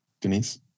Denise